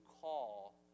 call